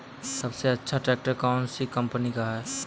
सबसे अच्छा ट्रैक्टर कौन सी कम्पनी का है?